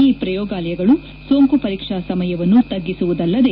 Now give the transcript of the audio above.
ಈ ಪ್ರಯೋಗಾಲಯಗಳು ಸೋಂಕು ಪರೀಕ್ಷಾ ಸಮಯವನ್ನು ತಗ್ಗಿಸುವುದಲ್ಲದೆ